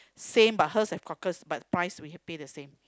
same but hers has cockles but price we have pay the same